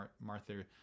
Martha